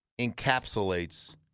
encapsulates